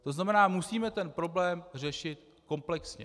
To znamená, musíme ten problém řešit komplexně.